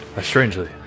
strangely